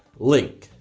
link,